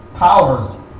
Power